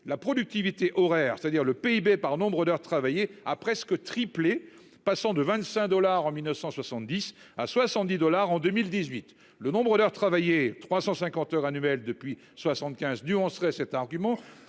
la productivité horaire, c'est-à-dire le PIB par nombre d'heures travaillées a presque triplé, passant de 25 dollars en 1970 à 70 dollars en 2018, le nombre d'heures travaillées 350 heures annuelles depuis 75 due on serait cet argument.